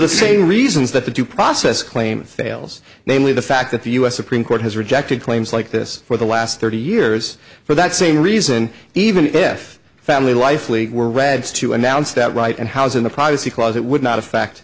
the same reasons that the due process claim fails namely the fact that the u s supreme court has rejected claims like this for the last thirty years for that same reason even if family life league were read to announce that right and housing the privacy clause it would not affect